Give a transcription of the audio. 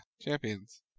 champions